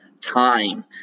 time